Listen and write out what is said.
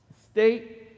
state